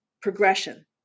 progression